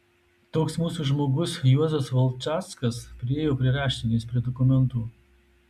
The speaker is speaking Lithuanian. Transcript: toks mūsų žmogus juozas valčackas priėjo prie raštinės prie dokumentų